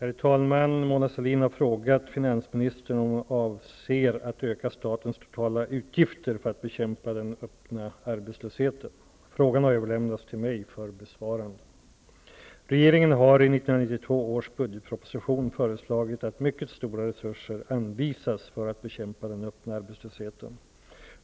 Herr talman! Mona Sahlin har frågat finansministern om hon avser att öka statens totala utgifter för att bekämpa den öppna arbetslösheten. Frågan har överlämnats till mig för besvarande. Regeringen har i 1992 års budgetproposition föreslagit att mycket stora resurser anvisas för att bekämpa den öppna arbetslösheten.